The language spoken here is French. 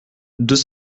deux